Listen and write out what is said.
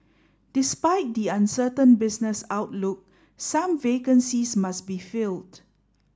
despite the uncertain business outlook some vacancies must be filled